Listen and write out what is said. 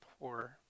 poor